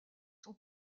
son